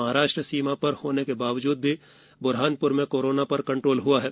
महाराष्ट्र सीमा पर होने के बाद भी ब्रहानप्र में कोरोना पर कंट्रोल हुआ है